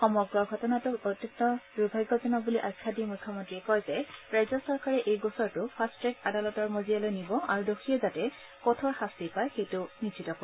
সমগ্ৰ ঘটনাটোক অত্যন্ত দুৰ্ভাগ্যজনক বুলি আখ্যা দি মুখ্য মন্ত্ৰীয়ে কয় যে ৰাজ্য চৰকাৰে এই গোচৰটো ফাট্টট্ৰেক আদালতৰ মজিয়ালৈ নিব আৰু দেঘীয়ে যাতে কঠোৰ শাস্তি পায় সেইটো নিশ্চিত কৰিব